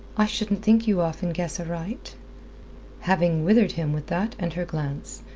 i shouldn't think you often guess aright. having withered him with that and her glance,